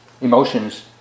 emotions